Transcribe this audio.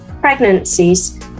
pregnancies